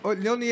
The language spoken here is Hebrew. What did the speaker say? לא נסכים לקבל?